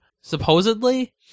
supposedly